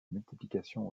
multiplication